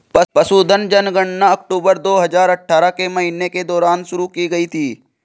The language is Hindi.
पशुधन जनगणना अक्टूबर दो हजार अठारह के महीने के दौरान शुरू की गई थी